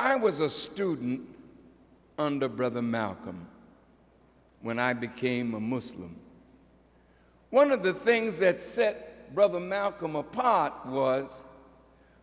i was a student and a brother malcolm when i became a muslim one of the things that set brother malcolm apart was